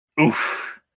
Oof